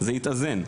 יתאזן,